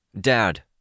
Dad